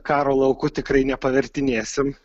karo lauku tikrai nepavertinėsim